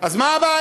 אז מה הבעיה?